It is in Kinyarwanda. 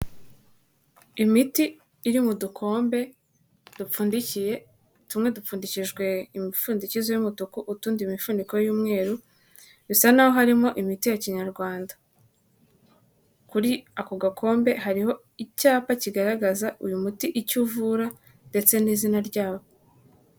Imiti iri mu dukombe dupfundikiye, tumwe dupfundikijwe imipfundikizo y'umutuku utundi imifuniko y'umweru, bisa n'aho harimo imiti ya kinyarwanda. Kuri ako gakombe hariho icyapa kigaragaza uyu muti, icyo uvura ndetse n'izina ryawo.